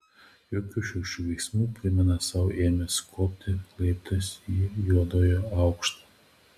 jokių šiurkščių veiksmų primena sau ėmęs kopti laiptais į juodojo aukštą